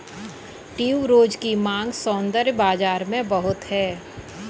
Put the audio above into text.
tuberose की मांग सौंदर्य बाज़ार में बहुत है